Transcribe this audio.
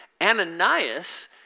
Ananias